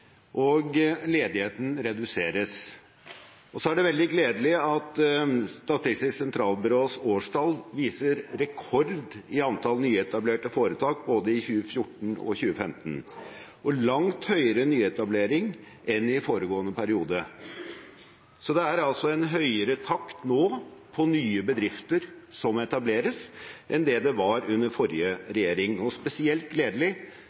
og ledigheten reduseres. Det er veldig gledelig at Statistisk sentralbyrås årstall viser rekord i antall nyetablerte foretak både i 2014 og 2015 og langt høyere nyetablering enn i foregående periode. Det er altså en høyere takt nå når det gjelder nye bedrifter som etableres, enn det det var under forrige regjering. Spesielt gledelig